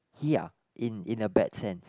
ya in in a bad sense